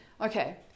okay